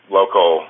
local